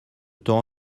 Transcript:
temps